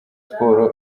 sports